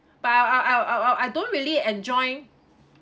but I I I I I I don't really enjoy